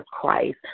Christ